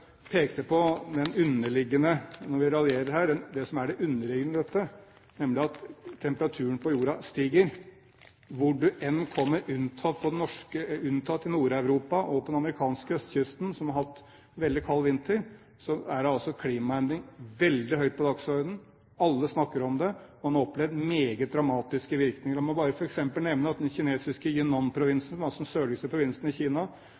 pekte på det som er det underliggende i dette – når vi raljerer her – nemlig at temperaturen på jorda stiger. Hvor du enn kommer, unntatt i Nord-Europa og på den amerikanske østkysten, som har hatt en veldig kald vinter, er altså klimaendring veldig høyt oppe på dagsordenen. Alle snakker om det. Man har opplevd meget dramatiske virkninger. La meg bare nevne at det i den kinesiske Yunnanprovinsen, altså den sørligste provinsen i Kina,